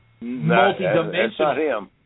multi-dimensional